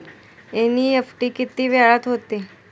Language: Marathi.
एन.इ.एफ.टी किती वेळात होते?